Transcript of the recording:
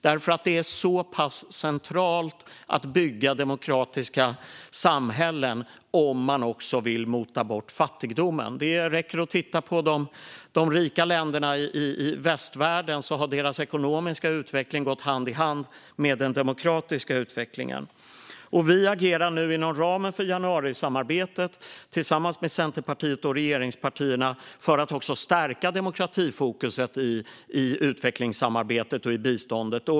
Det är nämligen så pass centralt att bygga demokratiska samhällen om man också vill mota bort fattigdomen. Det räcker att titta på de rika länderna i västvärlden. Deras ekonomiska utveckling har gått hand i hand med den demokratiska utvecklingen. Vi agerar nu inom ramen för januarisamarbetet tillsammans med Centerpartiet och regeringspartierna för att stärka demokratifokuset i utvecklingssamarbetet och biståndet.